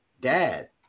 Dad